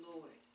Lord